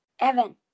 Evan